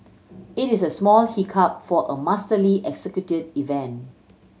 it is a small hiccup for a masterly executed event